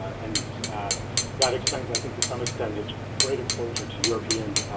and that explains, i think, to some extent, his great exposure to european